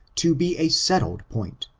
to be a settled point.